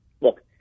look